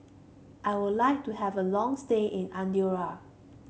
I would like to have a long stay in Andorra